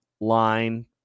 line